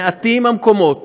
מעטים המקומות